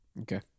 okay